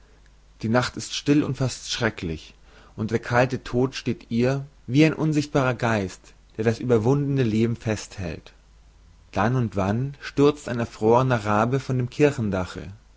die nacht ist still und fast schrecklich und der kalte tod steht in ihr wie ein unsichtbarer geist der das überwundene leben festhält dann und wann stürzt ein erfrorner rabe von dem